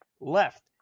left